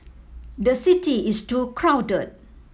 the city is too crowded